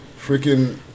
Freaking